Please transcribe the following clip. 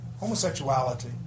Homosexuality